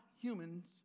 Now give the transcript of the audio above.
humans